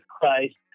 Christ